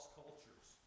cultures